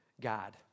God